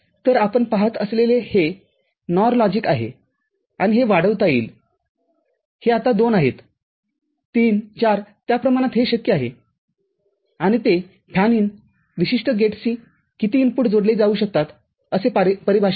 तर आपण पाहत असलेले हे NOR लॉजिकआहे आणि हे वाढवता येईल हे आता दोन आहेततीन चार त्या प्रमाणात हे शक्य आहेआणि ते फॅन इन विशिष्ट गेटशी किती इनपुट जोडले जाऊ शकतात असे परिभाषीत करते